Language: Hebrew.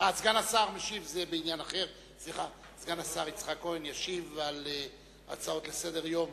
סגן השר יצחק כהן ישיב על ההצעות לסדר-היום